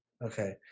Okay